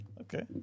Okay